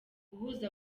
guhuza